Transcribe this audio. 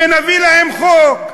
ונביא להם חוק,